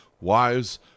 Wives